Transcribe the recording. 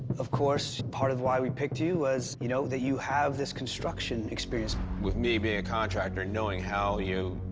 of course part of why we picked you was, you know, that you have this construction experience. with me being a contractor, knowing how, you